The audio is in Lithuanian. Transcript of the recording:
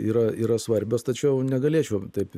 yra yra svarbios tačiau negalėčiau taip